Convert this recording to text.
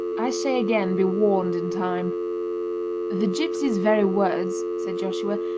i say again be warned in time the gipsy's very words said joshua.